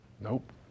Nope